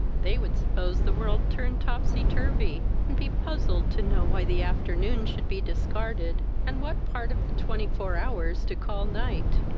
they would suppose the world turned topsy-turvy, and be puzzled to know why the afternoon should be discarded, and what part of the twenty-four hours to call night.